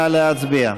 נא להצביע.